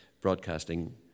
Broadcasting